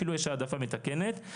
אפילו יש העדפה מתקנת.